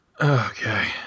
Okay